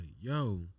Yo